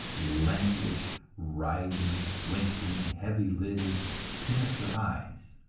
languished writhing, blinking heavy-lidded, sinister eyes.